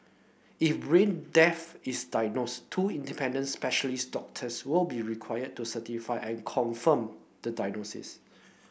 if brain death is diagnosed two independent specialist doctors will be required to certify and confirm the diagnosis